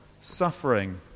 suffering